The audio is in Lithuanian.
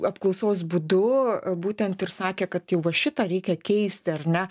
apklausos būdu būtent ir sakė kad jau va šitą reikia keisti ar ne